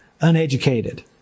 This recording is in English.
uneducated